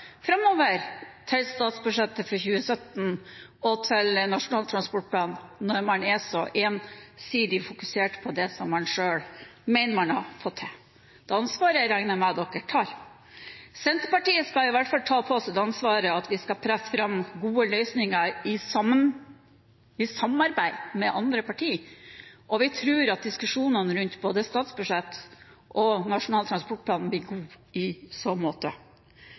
man også på seg et stort ansvar framover til statsbudsjettet for 2017 og til Nasjonal transportplan. Det ansvaret regner jeg med at dere tar. Senterpartiet skal i hvert fall ta på seg det ansvaret at vi skal presse fram gode løsninger i samarbeid med andre partier, og vi tror at diskusjonene rundt både statsbudsjett og Nasjonal transportplan blir gode i så måte.